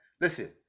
listen